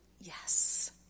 Yes